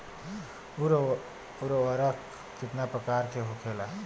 उर्वरक कितना प्रकार के होखेला?